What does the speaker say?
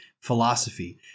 philosophy